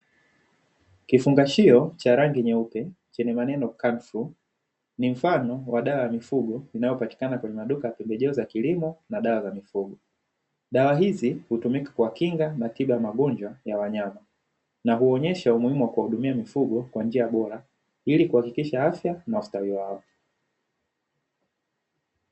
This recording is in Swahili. Kifungashio cha rangi nyeupe, ni mfano wa dawa ya mifugo inayopatikana kwenye maduka ya kugeuza kilimo na dawa za mifugo dawa hizi hutumika kwa kinga na tiba ya magonjwa ya wanyama na huonyesha umuhimu wa kuwahudumia mifugo kwa njia bora ili kuhakikisha afya na ustahiwi wao.